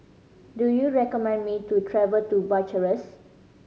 do you recommend me to travel to Bucharest